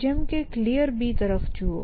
જેમ કે Clear તરફ જુઓ